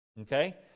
Okay